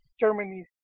Germany